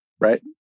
right